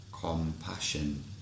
Compassion